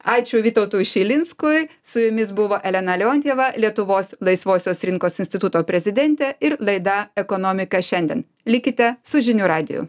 ačiū vytautui šilinskui su jumis buvo elena leontjeva lietuvos laisvosios rinkos instituto prezidentė ir laida ekonomika šiandien likite su žinių radiju